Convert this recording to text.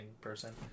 person